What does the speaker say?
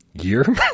year